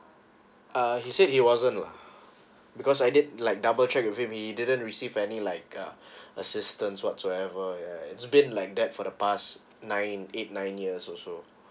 uh he said he wasn't lah because I did like double check if him he didn't receive any like uh assistance whatsoever uh it's been like that for the past nine eight nine years also